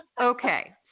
Okay